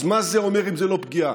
אז מה זה אומר אם זה לא פגיעה?